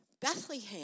Bethlehem